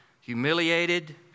humiliated